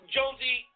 Jonesy